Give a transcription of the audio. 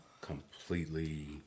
Completely